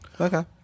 okay